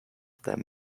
their